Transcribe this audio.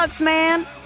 Man